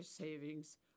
savings